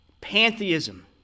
Pantheism